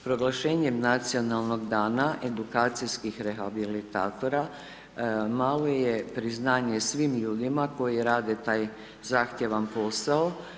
Proglašenjem Nacionalnog dana edukacijskih rehabilitatora malo je priznanje svim ljudima koji rade taj zahtijevan posao.